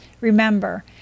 Remember